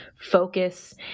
focus